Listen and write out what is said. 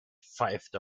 pfeift